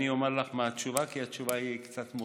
אני אומר לך מה התשובה, כי התשובה היא קצת מורכבת.